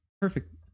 perfect